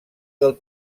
del